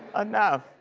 enough.